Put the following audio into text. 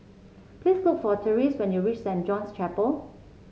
please look for Therese when you reach Saint John's Chapel